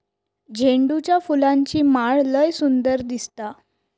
झेंडूच्या फुलांची माळ लय सुंदर दिसता